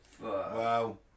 Wow